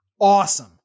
Awesome